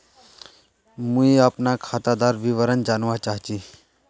मुई अपना खातादार विवरण जानवा चाहची?